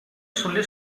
sulle